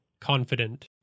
confident